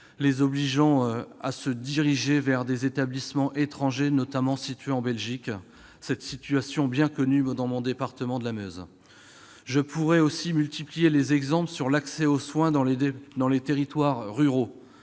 leurs proches à se diriger vers des établissements étrangers, notamment situés en Belgique. Cette situation est bien connue dans mon département de la Meuse. Je pourrais aussi multiplier les exemples sur l'accès aux soins dans les territoires ruraux,